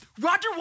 Roger